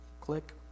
Click